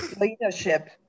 Leadership